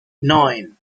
nine